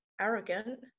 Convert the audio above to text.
arrogant